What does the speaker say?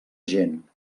gent